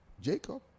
Jacob